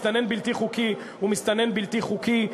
מסתנן בלתי חוקי הוא מסתנן בלתי חוקי,